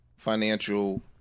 financial